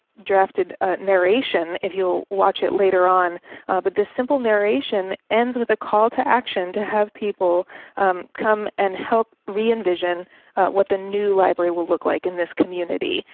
drafted ah narration if you watch it later on. but this simple narration ends with a call to action to have people come and help re-envision what the new library will look like in this community.